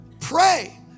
pray